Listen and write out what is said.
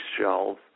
shelves